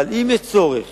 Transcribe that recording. אבל אם יש צורך